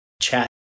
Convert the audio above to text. chat